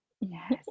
yes